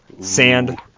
sand